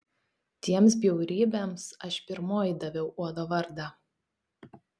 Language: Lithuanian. tiems bjaurybėms aš pirmoji daviau uodo vardą